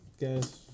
guys